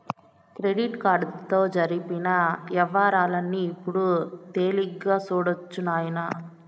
credit కార్డుతో జరిపిన యవ్వారాల్ని ఇప్పుడు తేలిగ్గా సూడొచ్చు నాయనా